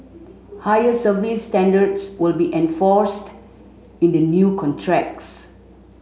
higher service standards will be enforced in the new contracts